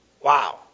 wow